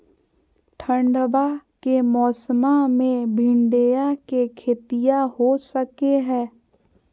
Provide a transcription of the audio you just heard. ठंडबा के मौसमा मे भिंडया के खेतीया हो सकये है?